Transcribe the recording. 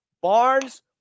Barnes